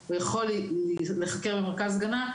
או יכול להיחקר במרכז הגנה,